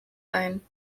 ein